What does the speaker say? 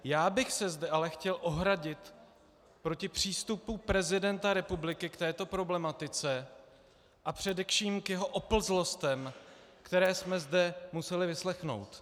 Já bych se zde ale chtěl ohradit proti přístupu prezidenta republiky k této problematice a především k jeho oplzlostem, které jsme zde museli vyslechnout.